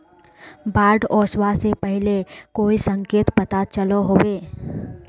बाढ़ ओसबा से पहले कोई संकेत पता चलो होबे?